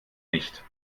nicht